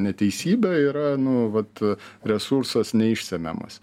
neteisybė yra nu vat resursas neišsemiamas